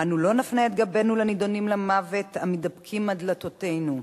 אנו לא נפנה את גבנו לנידונים למוות המתדפקים על דלתותינו.